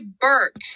Burke